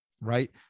right